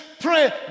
pray